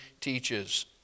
teaches